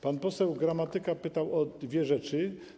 Pan poseł Gramatyka pytał o dwie rzeczy.